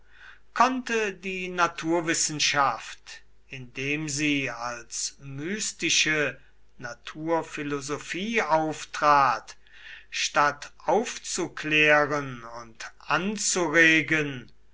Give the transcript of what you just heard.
konnte die naturwissenschaft indem sie als mystische naturphilosophie auftrat statt aufzuklären und anzuregen